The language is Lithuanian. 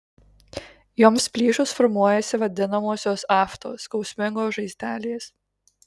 joms plyšus formuojasi vadinamosios aftos skausmingos žaizdelės